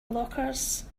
blockers